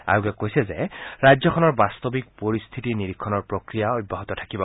আয়োগে কৈছে যে ৰাজ্যখনৰ বাস্তৱিক পৰিস্থিতি নিৰীক্ষণৰ প্ৰক্ৰিয়া অব্যাহত থাকিব